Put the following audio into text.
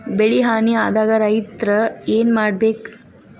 ಬೆಳಿ ಹಾನಿ ಆದಾಗ ರೈತ್ರ ಏನ್ ಮಾಡ್ಬೇಕ್?